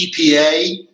EPA